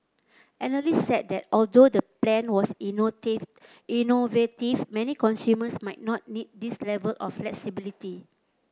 analysts said that although the plan was innovative many consumers might not need this level of flexibility